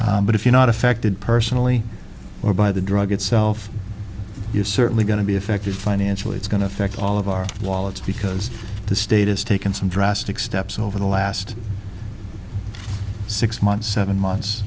but if you're not affected personally or by the drug itself you're certainly going to be affected financially it's going to affect all of our wallets because the state has taken some drastic steps over the last six months seven